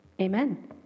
Amen